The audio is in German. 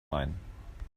mein